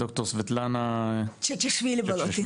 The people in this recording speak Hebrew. ד"ר סבטלנה צ'אצ'אשווילי-בולוטין.